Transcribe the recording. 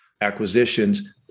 acquisitions